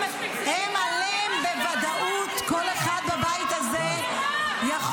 ועליהן בוודאות כל אחד בבית הזה יכול